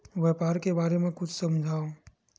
व्यापार के बारे म कुछु समझाव?